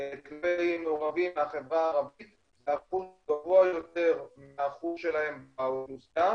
כנגד מעורבים מהחברה הערבית זה אחוז גבוה יותר מהאחוז שלהם באוכלוסייה